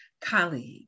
colleague